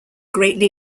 greatly